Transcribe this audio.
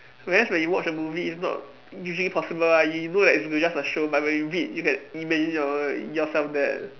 whereas when you watch a movie it's not usually possible ah you know that it's just a show but when you read you can imagine your yourself there